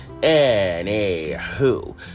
Anywho